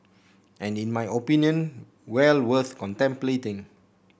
and in my opinion well worth contemplating